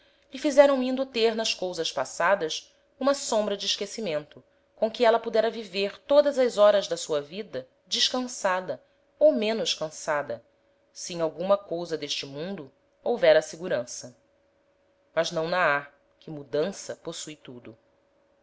lhe fizeram indo ter nas cousas passadas uma sombra de esquecimento com que éla pudera viver todas as horas da sua vida descansada ou menos cansada se em alguma cousa d'este mundo houvera segurança mas não na ha que mudança possue tudo